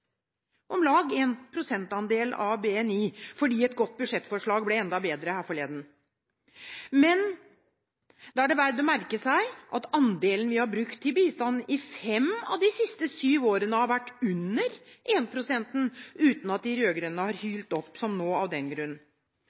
om lag 1 prosentandel av BNI, fordi et godt budsjettforslag ble enda bedre her forleden. Det er verdt å merke seg at andelen vi har brukt til bistand i fem av de siste syv årene har vært under 1 pst. – uten at de rød-grønne har hylt opp, som nå, av den grunn.